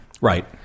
Right